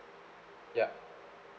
yup